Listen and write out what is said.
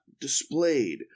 displayed